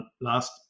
last